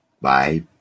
bye